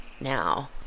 now